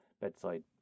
bedside